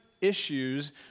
issues